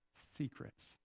secrets